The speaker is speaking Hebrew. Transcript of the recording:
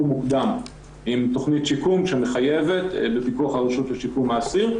מוקדם עם תכנית שיקום שמחייבת בפיקוח הרשות לשיקום האסיר.